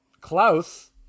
Klaus